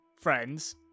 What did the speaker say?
friends